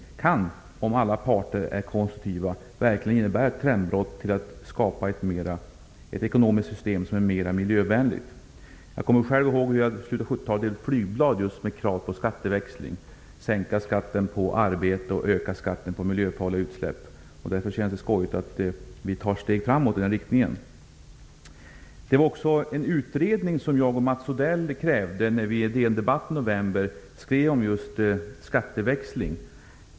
En sådan utredning kan, om alla parter är konstruktiva, verkligen innebära ett trendbrott och skapa ett ekonomiskt system som är mer miljövänligt. Jag kommer själv ihåg hur jag i slutet av 70-talet delade ut flygblad med krav på just skatteväxling, dvs. sänkt skatt på arbete och ökad skatt på miljöfarliga utsläpp. Därför känns det skojigt att vi tar ett steg framåt i den riktningen. Det var också en utredning som jag och Mats Odell krävde, när vi på DN-debatt i november skrev om just skatteväxling.